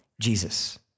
Jesus